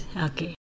Okay